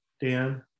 Dan